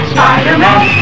Spider-Man